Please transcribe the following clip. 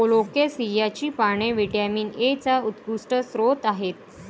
कोलोकेसियाची पाने व्हिटॅमिन एचा उत्कृष्ट स्रोत आहेत